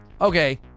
Okay